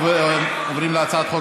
בעד, 76, נגד, 13,